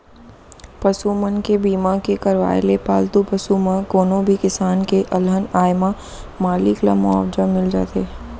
पसु मन के बीमा के करवाय ले पालतू पसु म कोनो भी किसम के अलहन आए म मालिक ल मुवाजा मिल जाथे